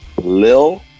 Lil